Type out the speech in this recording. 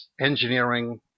engineering